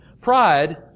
Pride